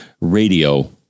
radio